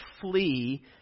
flee